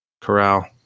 Corral